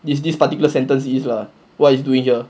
this this particular sentence is lah what you are doing here